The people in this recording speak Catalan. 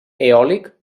eòlic